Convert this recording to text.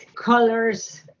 colors